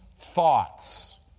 thoughts